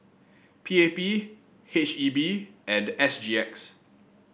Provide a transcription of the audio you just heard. P A P H E B and S G X